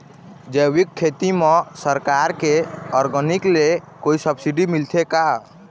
जैविक खेती म सरकार के ऑर्गेनिक ले कोई सब्सिडी मिलथे का?